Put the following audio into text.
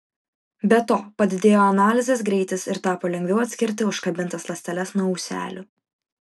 be to padidėjo analizės greitis ir tapo lengviau atskirti užkabintas ląsteles nuo ūselių